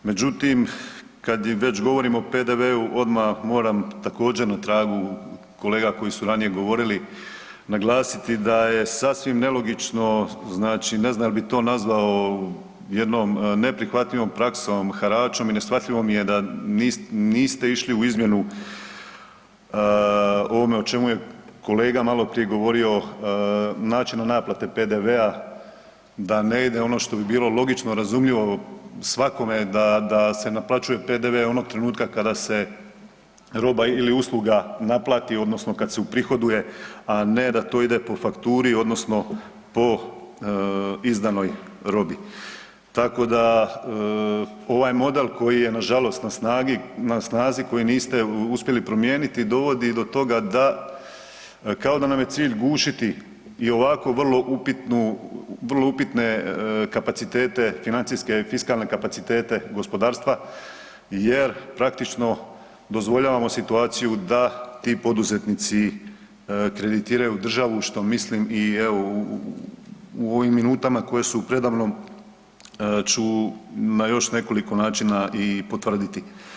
Međutim, kad već govorimo o PDV-u odmah moram također, na tragu kolega koji su ranije govorili naglasiti da je sasvim nelogično, ne znam je li bi to nazvao jednom neprihvatljivom praksom, haračom i neshvatljivo mi je da niste išli u izmjenu ovome o čemu je kolega maloprije govorio, načinu naplate PDV-a, da ne ide ono što bi bilo logično, razumljivo svakome da se naplaćuje PDV onog trenutka kada se roba ili usluga naplati, odnosno kad se uprihoduje, a ne da to ide po fakturi odnosno po izdanoj robi, tako da ovaj model koji je nažalost na snazi koji niste uspjeli promijeniti dovodi to toga da kao da nam je cilj gušiti i ovako vrlo upitnu, vrlo upitne kapacitete financijske, fiskalne kapacitete gospodarstva jer praktično dozvoljavamo situaciju da ti poduzetnici kreditiraju državu, što mislim i evo u ovim minutama koje su preda mnom ću još na nekoliko načina i potvrditi.